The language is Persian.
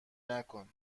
نکن